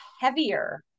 heavier